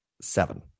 Seven